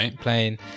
playing